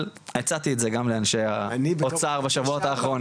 אבל הצעתי את זה גם לאנשי האוצר בשבועות האחרונים.